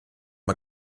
das